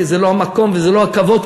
כי זה לא המקום ולא הכבוד,